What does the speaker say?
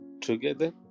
together